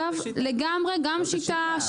לגמרי גם שיטה.